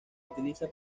utiliza